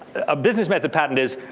a business method patent is,